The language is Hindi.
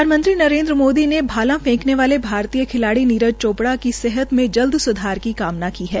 प्रधानमंत्री नरेन्द्र मोदी ने भाला फेंकने वाले भारतीय खिलाड़ी नीरज चोपड़ा की सेहत में जल्द सुधार की कामना की है